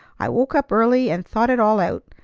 i woke up early, and thought it all out.